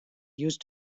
used